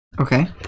Okay